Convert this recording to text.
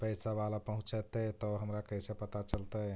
पैसा बाला पहूंचतै तौ हमरा कैसे पता चलतै?